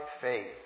faith